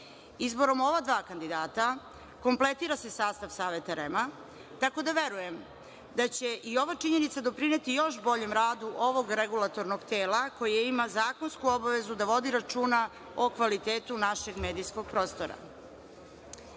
Izborom ova dva kandidata kompletira se sastav Saveta REM-a tako da verujem da će i ova činjenica doprineti još boljem radu ovog regulatornog tela koje ima zakonsku obavezu da vodi računa o kvalitetu našeg medijskog prostora. Pored